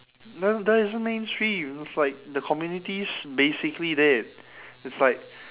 that that isn't mainstream it's like the community's basically dead it's like